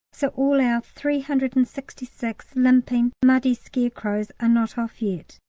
so all our three hundred and sixty six limping, muddy scarecrows are not off yet.